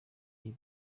iyi